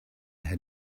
had